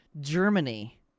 Germany